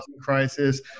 crisis